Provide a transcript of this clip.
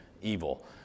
evil